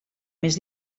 més